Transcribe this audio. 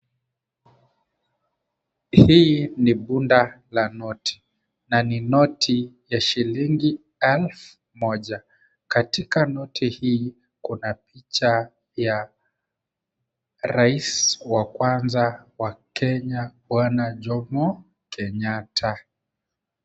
Hili ni bunda la noti na ni noti ya shilingi elfu moja. Katika noti hii kuna picha ya rais wa kwanza wa Kenya Bwana Jomo Kenyatta.